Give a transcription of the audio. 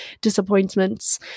disappointments